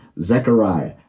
Zechariah